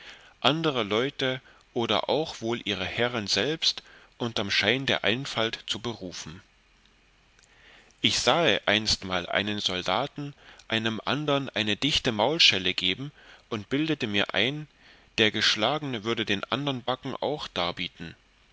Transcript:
andere leute oder auch wohl ihre herren selbst unterm schein der einfalt zu berufen ich sahe einsmals einen soldaten einem andern eine dichte maulschelle geben und bildete mir ein der geschlagene würde den andern backen auch darbieten